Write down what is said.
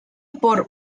por